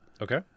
Okay